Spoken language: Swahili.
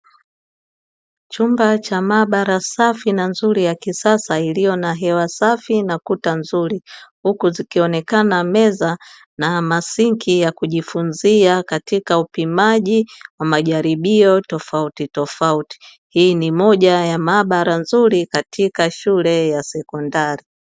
Chumba cha maabara safi na nzuri ya kisasa iliyo na hewa safi na kuta nzuri, huku zikionekana meza na masinki ya kujifunzia katika upimaji wa majaribio tofautitofauti. Hii ni moja ya maabara nzuri katika shule ya sekondari.